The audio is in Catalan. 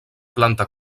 planta